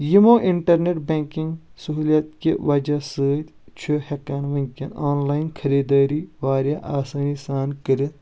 یِمو internet banking سہولیت کہِ وجہ سۭتۍ چھُ ہٮ۪کان وُنکٮ۪ن آن لایِن خریٖدأری واریاہ آسأنی سان کٔرِتھ